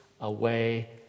away